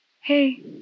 Hey